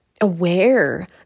aware